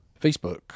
Facebook